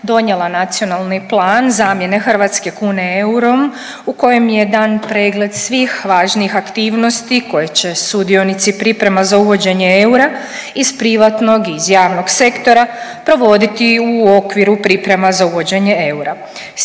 donijela Nacionalni plan zamjene hrvatske kune eurom u kojem je dan pregled svih važnijih aktivnosti koje će sudionici priprema za uvođenje eura iz privatnog i iz javnog sektora provoditi u okviru priprema za uvođenje eura.